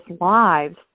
lives